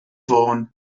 fôn